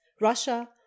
Russia